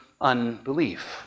unbelief